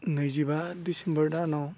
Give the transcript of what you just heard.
नैजिबा डिसेम्बर दानाव